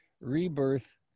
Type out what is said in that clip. rebirth